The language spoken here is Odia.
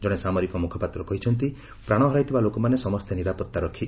ଜଣେ ସାମରିକ ମୁଖପାତ୍ର କହିଛନ୍ତି ପ୍ରାଣ ହରାଇଥିବା ଲୋକମାନେ ସମସ୍ତେ ନିରାପତ୍ତା ରକ୍ଷୀ